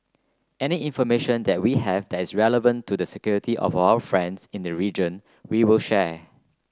any information that we have that is relevant to the security of our friends in the region we will share